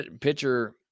pitcher